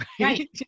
Right